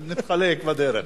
נתחלק בדרך.